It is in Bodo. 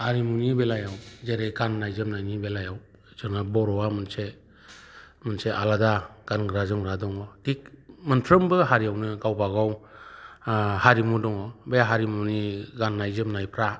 हारिमुनि बेलायाव जेरै गान्नाय जोमनायनि बेलायाव जोंना बर'आ मोनसे आलादा गानग्रा जोमग्रा दङ थिक मोनफ्रोमबो हारियावनो गावबागाव हारिमु दङ बे हारिमुनि गान्नाय जोमनायफ्रा